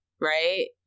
right